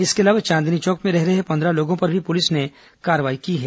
इसके अलावा चांदनी चौक में रहे रहे पंद्रह लोगों पर भी पुलिस ने कार्रवाई की है